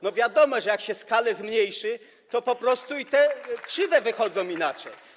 No, wiadomo, że jak się skalę zmniejszy, to po prostu i te krzywe wychodzą inaczej.